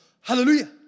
Hallelujah